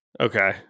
Okay